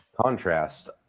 contrast